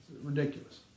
ridiculous